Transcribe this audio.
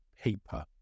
paper